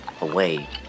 away